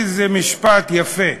איזה משפט יפה.